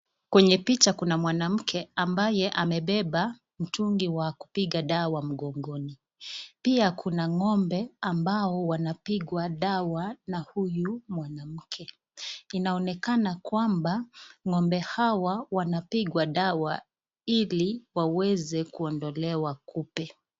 Kwenye picha kuna mwanamke ambaye amebeba mtungi wa kupiga dawa mgongoni. Pia kuna ng'ombe ambao wanapigwa dawa na huyu mwanamke, inaonekana kwamba ng'ombe hawa wanapigwa dawa hili waweze kuondolewa kupe.